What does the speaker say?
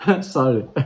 sorry